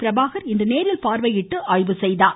பிரபாகர் இன்று நேரில் பார்வையிட்டு ஆய்வு செய்தார்